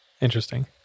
Interesting